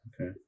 Okay